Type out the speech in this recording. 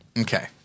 Okay